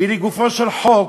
היא לגופו של חוק,